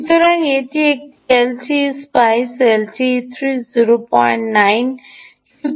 সুতরাং এটি LTEspice LTE309